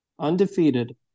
undefeated